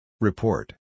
Report